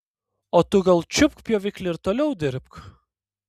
o tu gal čiupk pjoviklį ir toliau dirbk